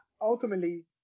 ultimately